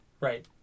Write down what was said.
Right